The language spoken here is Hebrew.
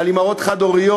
על אימהות חד-הוריות?